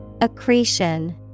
Accretion